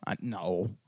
no